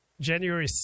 January